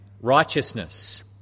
righteousness